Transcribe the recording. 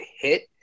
hit